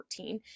14